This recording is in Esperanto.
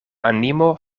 animo